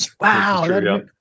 Wow